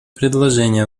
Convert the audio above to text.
предложение